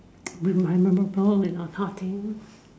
will my memorable you know this kind of thing